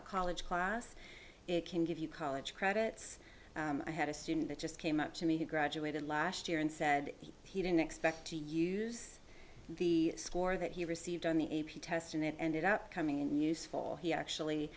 a college class it can give you college credits i had a student that just came up to me who graduated last year and said he didn't expect to use the score that he received on the a p test and it ended up coming in useful he actually